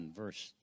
verse